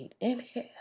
Inhale